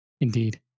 indeed